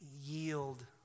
yield